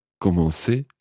Commencer